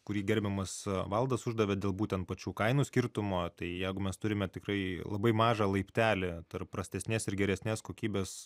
kurį gerbiamas valdas uždavė dėl būtent pačių kainų skirtumo tai jegu mes turime tikrai labai mažą laiptelį tarp prastesnės ir geresnės kokybės